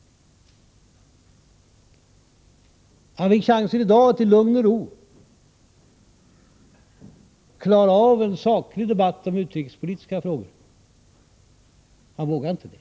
Han fick chansen i dag att i lugn och ro klara av en saklig debatt om utrikespolitiska frågor. Han vågade inte ta den.